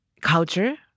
culture